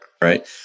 Right